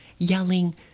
yelling